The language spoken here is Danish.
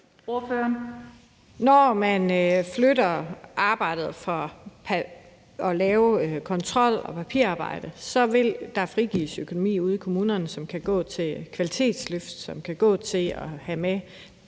Når man flytter arbejdet med at lave kontrol og papirarbejde, vil der frigives økonomi ude i kommunerne, som kan gå til kvalitetsløft, og som kan gå til de mennesker,